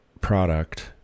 product